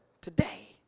today